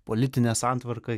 politinė santvarka